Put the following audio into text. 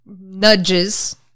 nudges